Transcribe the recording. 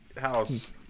house